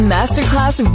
Masterclass